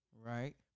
Right